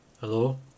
Hello